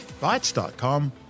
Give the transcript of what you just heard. Bytes.com